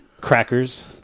crackers